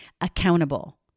accountable